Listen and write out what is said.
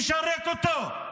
משרת אותו.